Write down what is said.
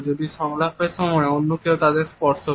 যদি সংলাপের সময় অন্য কেউ তাদের স্পর্শ করে